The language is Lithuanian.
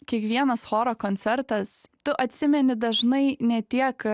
kiekvienas choro koncertas tu atsimeni dažnai ne tiek